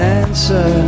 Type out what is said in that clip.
answer